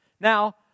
Now